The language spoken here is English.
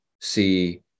see